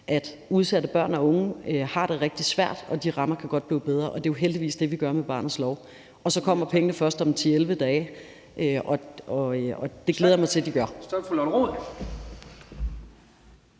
at udsatte børn og unge har det rigtig svært, og at de rammer godt kan blive bedre, og det er jo heldigvis det, vi gør med barnets lov. Og så kommer pengene først om 10-11 dage, og det glæder jeg mig til at de gør.